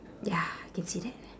ya I can see that